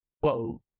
Whoa